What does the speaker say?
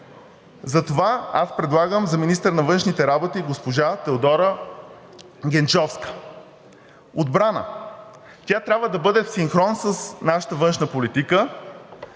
Затова аз предлагам за министър на външните работи госпожа Теодора Генчовска. Отбрана. Тя трябва да бъде в синхрон с нашата външна политика.